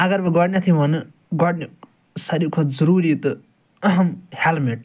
اَگر بہٕ گۄڈٕنٮ۪تھٕے وَنہٕ گۄڈٕ ساروی کھۄتہٕ ضُروٗری تہٕ اَہَم ہٮ۪لمیٚٹ